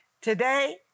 today